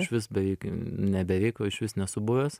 išvis beveik ne beveik o išvis nesu buvęs